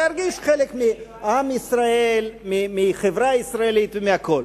להרגיש חלק מעם ישראל, מהחברה הישראלית ומהכול.